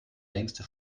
längste